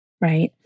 right